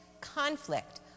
conflict